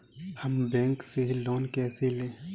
हम बैंक से लोन कैसे लें?